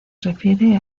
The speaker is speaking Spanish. refiere